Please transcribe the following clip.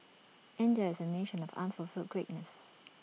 India is A nation of unfulfilled greatness